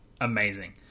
Amazing